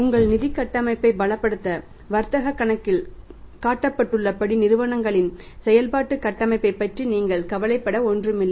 உங்கள் நிதிக் கட்டமைப்பை பலப்படுத்த வர்த்தகக் கணக்கில் காட்டப்பட்டுள்ளபடி நிறுவனங்களின் செயல்பாட்டு கட்டமைப்பைப் பற்றி நீங்கள் கவலைப்பட ஒன்றுமில்லை